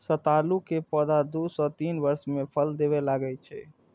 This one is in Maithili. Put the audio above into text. सतालू के पौधा दू सं तीन वर्ष मे फल देबय लागै छै